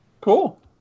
Cool